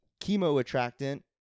chemoattractant